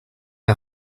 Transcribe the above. era